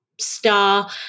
star